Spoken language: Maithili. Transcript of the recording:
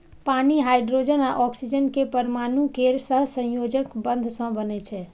पानि हाइड्रोजन आ ऑक्सीजन के परमाणु केर सहसंयोजक बंध सं बनै छै